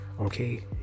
okay